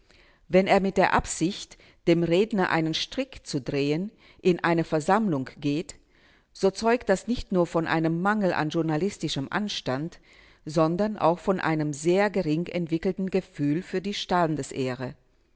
wenn er mit der absicht dem redner einen strick zu drehen in eine versammlung geht so zeugt das nicht nur von einem mangel an journalistischem anstand sondern auch von einem sehr gering entwickelten gefühl für die standesehre